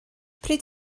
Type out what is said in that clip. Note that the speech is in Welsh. pryd